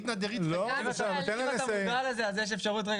אז אם אתה מודע לזה יש אפשרות רגע